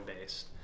based